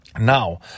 Now